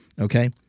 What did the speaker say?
okay